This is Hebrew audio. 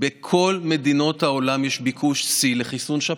בכל מדינות העולם יש ביקוש שיא לחיסוני שפעת,